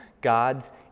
God's